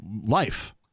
life